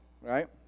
right